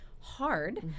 hard